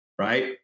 right